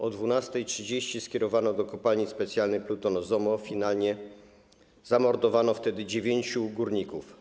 O godz. 12.30 skierowano do kopalni specjalny pluton ZOMO, finalnie zamordowano wtedy dziewięciu górników.